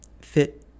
fit